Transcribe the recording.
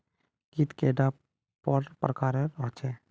कीट कैडा पर प्रकारेर होचे?